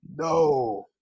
No